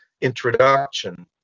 introduction